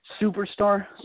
superstar